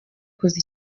kuza